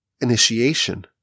initiation